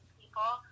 people